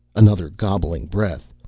another gobbling breath.